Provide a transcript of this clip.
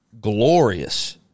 glorious